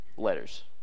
letters